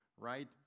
right